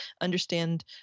understand